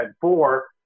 four